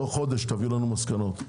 תוך חודש תביאו לנו מסקנות.